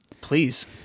Please